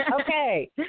Okay